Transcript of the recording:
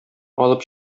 алып